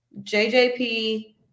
JJP